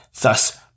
thus